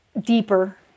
deeper